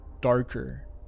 darker